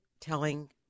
telling